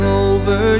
over